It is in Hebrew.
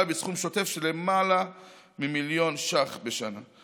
בסכום שוטף של למעלה ממיליון ש"ח בשנה,